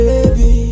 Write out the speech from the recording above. Baby